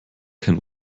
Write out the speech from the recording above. kein